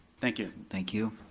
thank you. thank you.